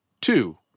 Two